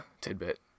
Tidbit